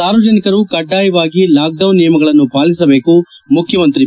ಸಾರ್ವಜನಿಕರು ಕಡ್ಡಾಯವಾಗಿ ಲಾಕ್ಡೌನ್ ನಿಯಮಗಳನ್ನು ಪಾಲಿಸಬೇಕು ಮುಖ್ಯಮಂತ್ರಿ ಬಿ